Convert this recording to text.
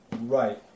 right